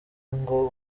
ngo